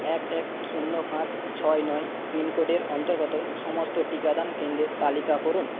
এক এক শূন্য পাঁচ ছয় নয় পিনকোডের অন্তর্গত সমস্ত টিকাদান কেন্দ্রের তালিকা করুন